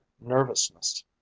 nervousness